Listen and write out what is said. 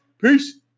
peace